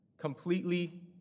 completely